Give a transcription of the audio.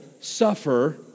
suffer